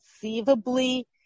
conceivably